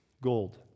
gold